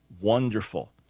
wonderful